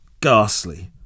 Ghastly